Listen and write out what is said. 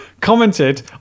commented